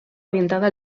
orientada